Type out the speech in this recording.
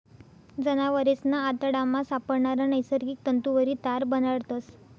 जनावरेसना आतडामा सापडणारा नैसर्गिक तंतुवरी तार बनाडतस